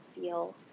feel